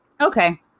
Okay